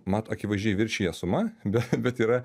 mat akivaizdžiai viršija suma bet bet yra